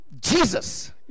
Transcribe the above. Jesus